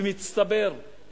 במצטבר,